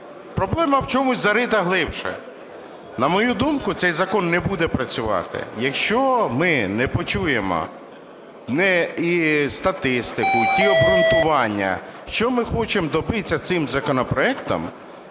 Проблема в чомусь зарита глибше. На мою думку, цей закон не буде працювати, якщо ми не почуємо і статистику, ті обґрунтування, що ми хочемо добитися цим законопроектом.